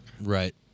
Right